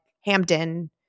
Hampton